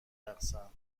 رقصن